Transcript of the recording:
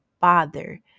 father